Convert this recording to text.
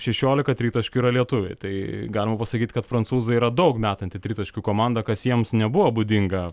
šešiolika tritaškių yra lietuviai tai galima pasakyt kad prancūzai yra daug metanti tritaškių komanda kas jiems nebuvo būdinga